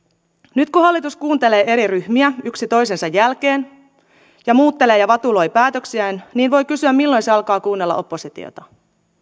nyt kun hallitus kuuntelee eri ryhmiä yksi toisensa jälkeen ja muuttelee ja vatuloi päätöksiään niin voi kysyä milloin se alkaa kuunnella oppositiota